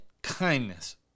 Kindness